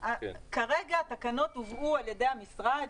בסדר, כרגע התקנות הובאו על ידי המשרד.